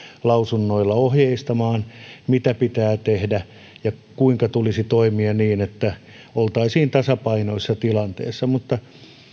lausunnoilla ohjeistamaan mitä pitää tehdä ja kuinka tulisi toimia niin että oltaisiin tasapainoisessa tilanteessa mutta